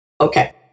Okay